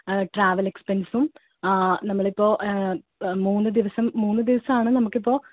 travel എക്സ്പൻസും നമ്മൾ ഇപ്പോൾ മൂന്ന് ദിവസം മൂന്ന് ദിവസമാണ് നമുക്ക് ഇപ്പോൾ